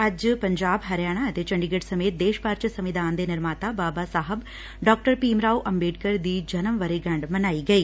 ਅੱਜ ਪੰਜਾਬ ਹਰਿਆਣਾ ਅਤੇ ਚੰਡੀਗੜ੍ਸ ਸਮੇਤ ਦੇਸ਼ ਭਰ ਚ ਸੰਵਿਧਾਨ ਦੇ ਨਿਰਮਾਤਾ ਬਾਬਾ ਸਾਹਿਬ ਡਾ ਭੀਮ ਰਾਓ ਅੰਬੇਡਕਰ ਦੀ ਜਨਮ ਵਰ੍ਰੇਗੰਢ ਮਨਾਈ ਗਈ